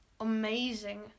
Amazing